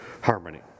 harmony